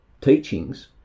teachings